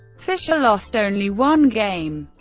fischer lost only one game.